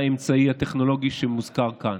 לאמצעי הטכנולוגי שמוזכר כאן.